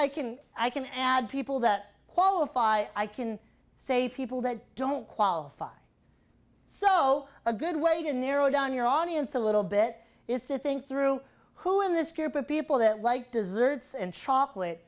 i can i can add people that qualify i can say people that don't qualify so a good way to narrow down your audience a little bit is to think through who in this group of people that like desserts and chocolate